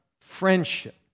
friendship